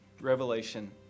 Revelation